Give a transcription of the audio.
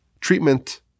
treatment